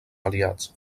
aliats